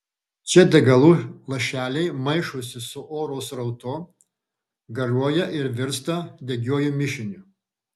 čia degalų lašeliai maišosi su oro srautu garuoja ir virsta degiuoju mišiniu